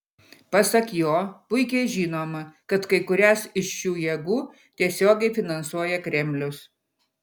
pasak jo puikiai žinoma kad kai kurias iš šių jėgų tiesiogiai finansuoja kremlius